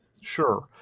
Sure